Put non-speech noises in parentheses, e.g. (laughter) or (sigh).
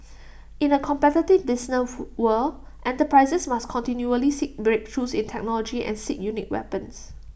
in A competitive business (hesitation) world enterprises must continually seek breakthroughs in technology and seek unique weapons